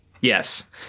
Yes